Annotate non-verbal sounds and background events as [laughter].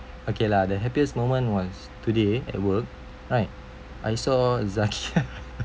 okay lah the happiest moment was today at work right I saw zaqiah [laughs]